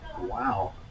wow